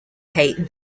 hate